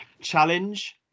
challenge